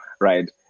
right